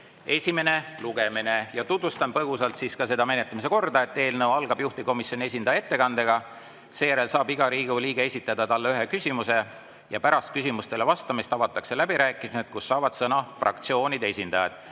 esimene lugemine. Tutvustan põgusalt selle menetlemise korda. See algab juhtivkomisjoni esindaja ettekandega. Seejärel saab iga Riigikogu liige esitada talle ühe küsimuse. Pärast küsimustele vastamist avatakse läbirääkimised, kus saavad sõna fraktsioonide esindajad.